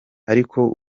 ariko